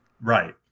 Right